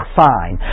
fine